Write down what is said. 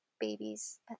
babies